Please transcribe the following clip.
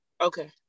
Okay